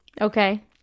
Okay